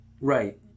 Right